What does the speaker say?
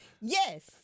Yes